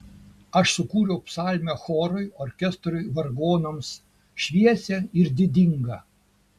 aš sukūriau psalmę chorui orkestrui vargonams šviesią ir didingą